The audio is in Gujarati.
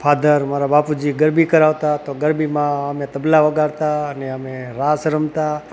ફાધર મારા બાપુજી ગરબી કરાવતા તો ગરબીમાં અમે તબલા વગાડતા અને અમે રાસ રમતા